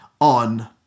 on